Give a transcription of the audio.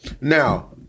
now